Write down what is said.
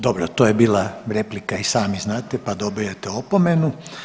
Dobro, to je bila replika, to i sami znate pa dobijate opomenu.